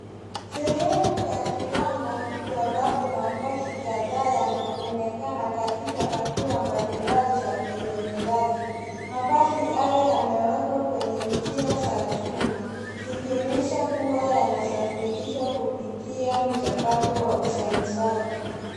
Sehemu ya kiwanda kubwa ambapo mabasi kadhaa yanaonekana katika hatua mbalimbali za utengenezaji. Mabasi hayo yamewekwa kwenye nija za chuma zikionesha kuwa yanasafirishwa kupitia mchakato wa uzalisaji.